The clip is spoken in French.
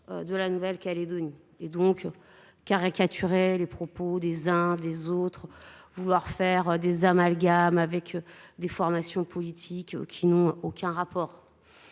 de la Nouvelle Calédonie, caricaturer les propos des uns des autres ou faire des amalgames avec des formations politiques qui n’ont aucun rapport.